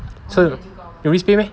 是有 risk pay meh